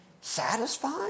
Satisfied